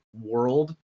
world